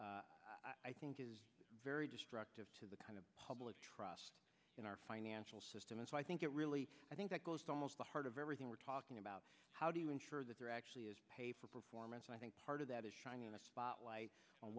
failed i think is very destructive to the kind of public trust in our financial system and so i think it really i think that goes to almost the heart of everything we're talking about how do you ensure that there actually is pay for performance i think part of that is shining a spotlight on